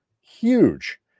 huge